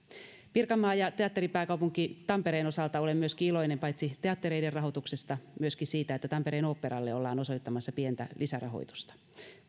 pirkanmaan ja teatteripääkaupunki tampereen osalta olen iloinen paitsi teattereiden rahoituksesta myöskin siitä että tampereen oopperalle ollaan osoittamassa pientä lisärahoitusta